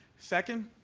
second,